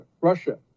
Russia